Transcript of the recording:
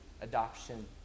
adoption